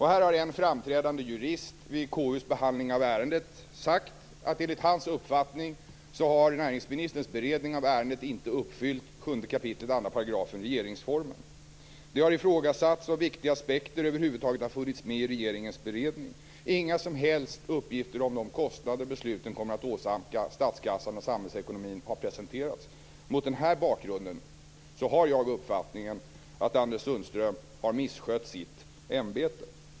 Här har en framträdande jurist vid KU:s behandling av ärendet sagt att enligt hans uppfattning har näringsministerns beredning av ärendet inte uppfyllt 7 kap. 2 § i regeringsformen. Det har ifrågasatts om viktiga aspekter över huvud taget har funnits med i regeringens beredning. Inga som helst uppgifter om de kostnader besluten kommer att åsamka statskassan och samhällsekonomin har presenterats. Mot den bakgrunden har jag uppfattningen att Anders Sundström har missskött sitt ämbete.